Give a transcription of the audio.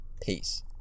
Peace